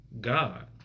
God